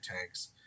tanks